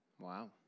Wow